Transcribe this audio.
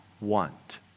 want